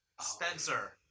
Spencer